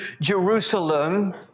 Jerusalem